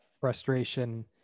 frustration